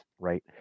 right